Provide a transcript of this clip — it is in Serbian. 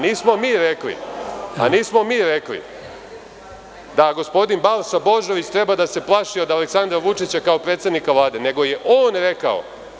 Nismo mi rekli da gospodin Balša Božović treba da se plaši od Aleksandra Vučića, kao predsednika Vlade, nego je on rekao.